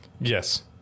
yes